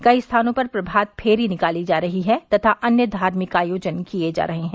कई स्थानों पर प्रभातफेरी निकाली जा रही हैं तथा अन्य धार्मिक आयोजन किए जा रहे हैं